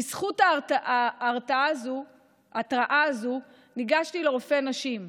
בזכות ההתראה הזאת ניגשתי לרופא נשים.